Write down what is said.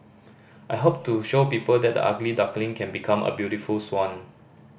I hope to show people that the ugly duckling can become a beautiful swan